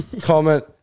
comment